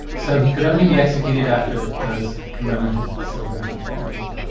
so he could only be executed after those commemorative celebrations were over.